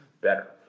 better